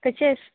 कशी आहेस